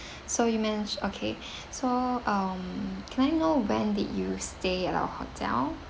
so you managed okay so um can I know when did you stay at our hotel